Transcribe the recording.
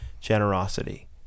generosity